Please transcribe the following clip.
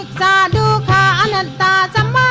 da da da mmm